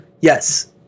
yes